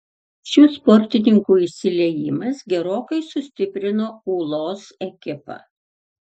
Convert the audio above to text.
šių sportininkų įsiliejimas gerokai sustiprino ūlos ekipą